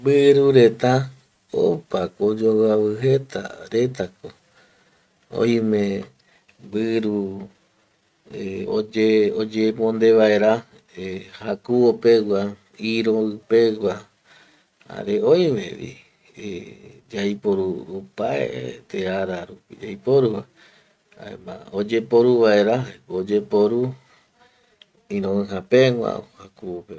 Mbiru reta jetako oyoaviavi jeta retako, oime mbiru eh oyemonde vaera jakuvo pegua jare iroipegua, jare oimevi eh yaiporu opaete ara rupi yaiporuva, jaema oyeporu vaera jaeko oyeporu iroija pegua jare jakuvo pegua